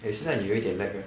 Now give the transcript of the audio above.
okay 现在你有一点 lag